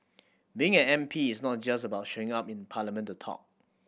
being an M P is not just about showing up in parliament to talk